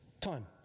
time